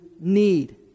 need